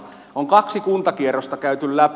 on kaksi kuntakierrosta käyty läpi